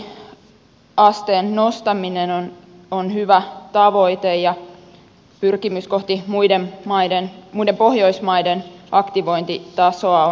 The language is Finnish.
tämän aktivointiasteen nostaminen on hyvä tavoite ja pyrkimys kohti muiden pohjoismaiden aktivointitasoa on oikea